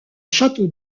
château